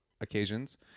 occasions